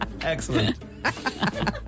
Excellent